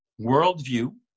worldview